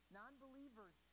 non-believers